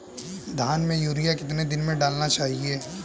धान में यूरिया कितने दिन में डालना चाहिए?